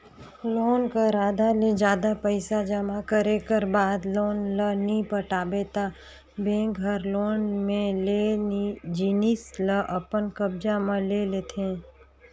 loan कर आधा ले जादा पइसा जमा करे कर बाद लोन ल नी पटाबे ता बेंक हर लोन में लेय जिनिस ल अपन कब्जा म ले लेथे